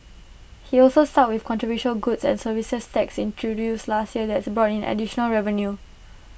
he also stuck with controversial goods and services tax introduced last year that's brought in additional revenue